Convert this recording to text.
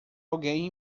alguém